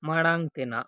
ᱢᱟᱲᱟᱝ ᱛᱮᱱᱟᱜ